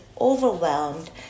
overwhelmed